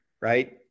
right